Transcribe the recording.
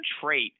trait